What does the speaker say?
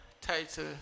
title